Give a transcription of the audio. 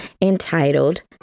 entitled